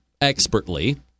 expertly